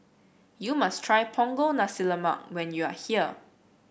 you must try Punggol Nasi Lemak when you are here